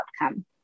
outcome